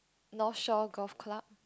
North Shore Golf Club